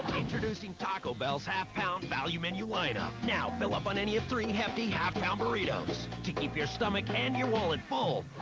introducing taco bell's half-pound value menu line-up. now fill up on any of three hefty half-pound burritos to keep your stomach and your wallet full,